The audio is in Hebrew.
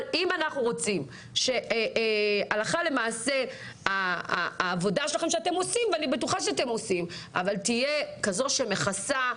אבל אם אנחנו רוצים שהעבודה שלכם הלכה למעשה תהיה כזאת שמכסה,